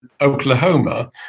Oklahoma